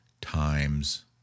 times